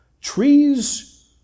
Trees